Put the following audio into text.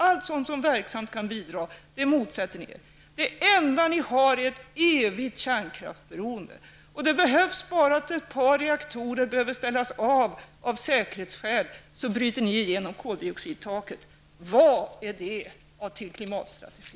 Allt sådant som verksamt kan bidra till en minskning av utsläppen motsätter ni er. Det enda ni har är ett evigt kärnkraftsberoende. Men det behövs bara att ett par reaktorer behöver ställas av på grund av säkerhetsskäl, så bryter ni igenom koldioxidtaket. Vad är det att ha som klimatstrategi?